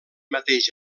mateix